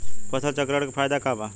फसल चक्रण के फायदा का बा?